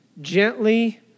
gently